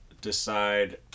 decide